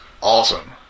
awesome